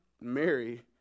Mary